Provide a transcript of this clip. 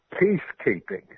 peacekeeping